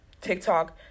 TikTok